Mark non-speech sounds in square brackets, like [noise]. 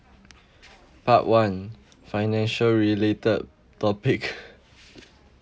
part one financial related topic [laughs]